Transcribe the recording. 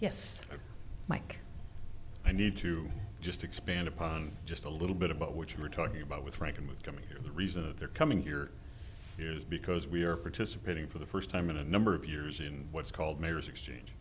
yes mike i need to just expand upon just a little bit about what you were talking about with ranking with to me the reason that they're coming here is because we are participating for the first time in a number of years in what's called mayors exchange